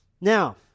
Now